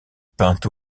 peint